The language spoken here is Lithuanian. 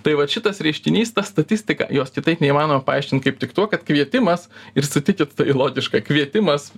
tai vat šitas reiškinys ta statistika jos kitaip neįmanoma paaiškint kaip tik tuo kad kvietimas ir sutikit tai logiška kvietimas